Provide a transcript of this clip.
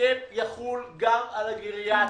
שה-cap יחול גם על הגריאטריים.